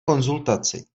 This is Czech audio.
konzultaci